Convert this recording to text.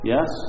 Yes